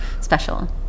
special